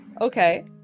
Okay